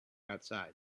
outside